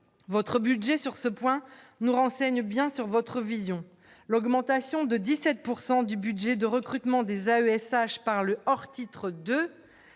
votre budget sur ce point nous renseigne bien sur votre vision, l'augmentation de 17 pourcent du budget de recrutement des AESH par le or titre 2,